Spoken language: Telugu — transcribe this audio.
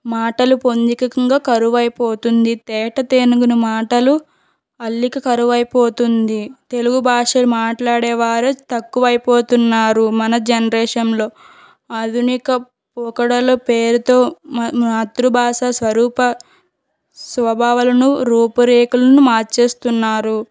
మాటలు పొందికంగా కరువైపోతుంది తేట తెలుగుని మాటలు అల్లిక కరవైపోతుంది తెలుగు భాష మాట్లాడేవారు తక్కువైపోతున్నారు మన జనరేషన్లో ఆధునిక పోకడల పేరుతో మా మాతృభాష స్వరూప స్వభావాలను రూపురేఖలను మార్చేస్తున్నారు